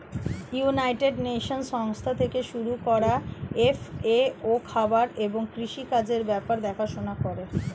United Nations সংস্থা থেকে শুরু করা এফ.এ.ও খাবার এবং কৃষি কাজের ব্যাপার দেখাশোনা করে